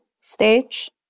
stage